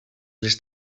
les